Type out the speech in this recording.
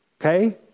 okay